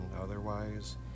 Otherwise